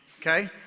Okay